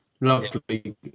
lovely